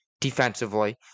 defensively